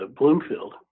Bloomfield